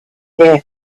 hear